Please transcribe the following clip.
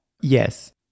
Yes